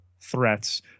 threats